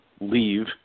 leave